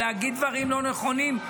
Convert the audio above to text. להגיד דברים לא נכונים.